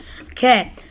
Okay